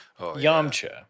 Yamcha